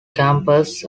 campus